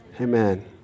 amen